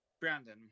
Brandon